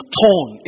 torn